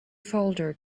folder